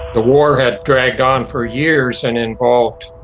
the war had dragged on for years and involved,